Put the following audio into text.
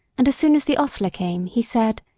and as soon as the hostler came, he said,